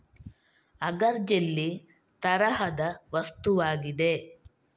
agar jelly ತರಹದ ವಸ್ತುವಾಗಿದೆ